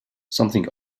something